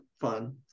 fun